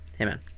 Amen